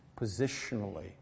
Positionally